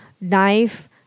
knife